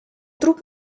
trup